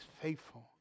faithful